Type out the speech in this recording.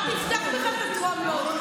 אל תפתח בכלל את הטרומיות,